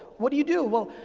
what do you do? well,